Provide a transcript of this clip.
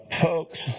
folks